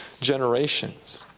generations